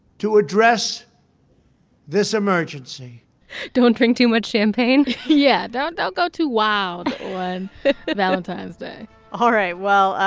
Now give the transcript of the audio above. to address this emergency don't drink too much champagne yeah. don't don't go too wild on valentine's day all right. well,